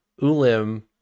ulim